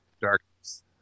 Darkness